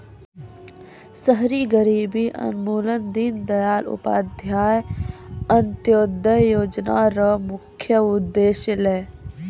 शहरी गरीबी उन्मूलन दीनदयाल उपाध्याय अन्त्योदय योजना र प्रमुख उद्देश्य छलै